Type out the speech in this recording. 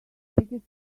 biggest